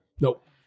Nope